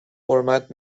حرمت